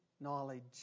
knowledge